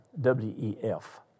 W-E-F